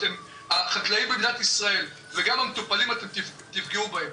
החקלאים במדינת ישראל וגם המטופלים אתם תפגעו בהם.